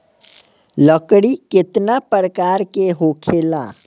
लकड़ी केतना परकार के होखेला